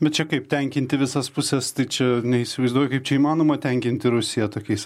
bet čia kaip tenkinti visas puses tai čia neįsivaizduoju kaip čia įmanoma tenkinti rusiją tokiais